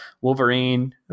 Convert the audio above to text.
wolverine